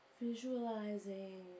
visualizing